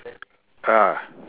ah